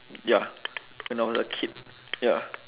ya when I was a kid ya